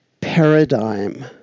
paradigm